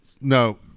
No